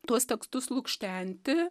tuos tekstus lukštenti